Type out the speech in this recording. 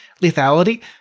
lethality